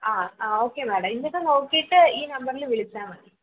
ആ ആ okay madam ഇന്നിപ്പോൾ നോക്കിയിട്ട് ഈ നമ്പറില് വിളിച്ചാൽ മതി